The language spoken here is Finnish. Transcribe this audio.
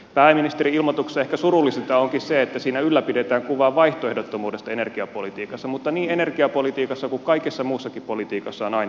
pääministerin ilmoituksessa ehkä surullisinta onkin se että siinä ylläpidetään kuvaa vaihtoehdottomuudesta energiapolitiikassa mutta niin energiapolitiikassa kuin kaikessa muussakin politiikassa on aina vaihtoehtoja